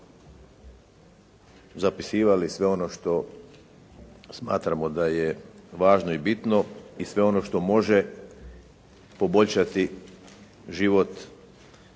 zapisivali sve ono što smo smatramo da je važno i bitno i sve ono što može poboljšati život